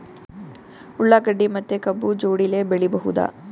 ಉಳ್ಳಾಗಡ್ಡಿ ಮತ್ತೆ ಕಬ್ಬು ಜೋಡಿಲೆ ಬೆಳಿ ಬಹುದಾ?